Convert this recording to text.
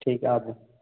ठीक है आबु